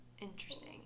Interesting